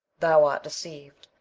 thou art deceiv'd.